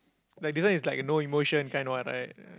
like this one is like no emotion kind one right